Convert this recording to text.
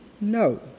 No